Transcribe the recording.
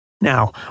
Now